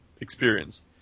experience